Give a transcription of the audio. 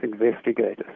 investigators